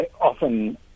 often